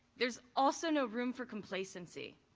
there's also no room for complacency.